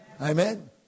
Amen